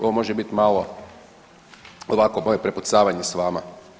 Ovo može bit malo ovako moje prepucavanje s vama.